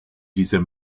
dieser